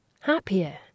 happier